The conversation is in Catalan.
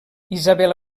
isabel